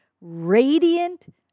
radiant